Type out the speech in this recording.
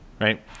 right